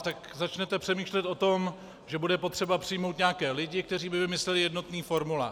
Tak začnete přemýšlet o tom, že bude potřeba přijmout nějaké lidi, kteří by vymysleli jednotný formulář.